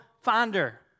fonder